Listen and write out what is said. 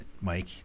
mike